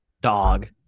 Dog